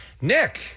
Nick